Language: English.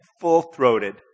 full-throated